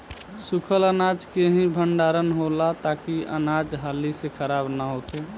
सूखल अनाज के ही भण्डारण होला ताकि अनाज हाली से खराब न होखे